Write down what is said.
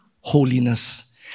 holiness